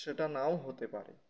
সেটা নাও হতে পারে